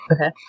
Okay